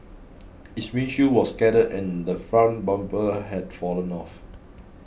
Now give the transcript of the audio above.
its windshield was shattered and the front bumper had fallen off